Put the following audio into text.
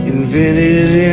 Invented